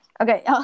Okay